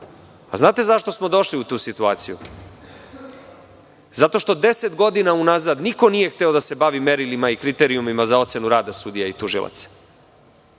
Znate zašto smo došli u tu situaciju? Zato što 10 godina unazad niko nije hteo da se bavi merilima i kriterijumima za ocenu rada sudija i tužilaca.